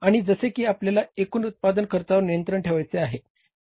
आणि जसे की आपल्याला एकूण उत्पादन खर्चावर नियंत्रण ठेवायचा आहे